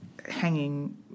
Hanging